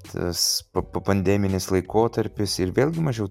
tas pa pandeminis laikotarpis ir vėlgi mažiau